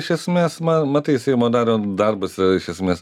iš esmės ma matai seimo nario darbas iš esmės